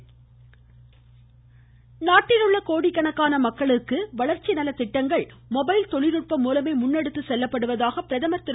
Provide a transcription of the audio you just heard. பிரதமர் நாட்டில் உள்ள கோடிக்கணக்கான மக்களுக்கான வளர்ச்சி நல திட்டங்கள் மொபைல் தொழில்நுட்பம் மூலமே முன்னெடுத்துச்செல்லப்படுவதாக பிரதமர் திரு